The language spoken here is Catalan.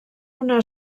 una